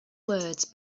words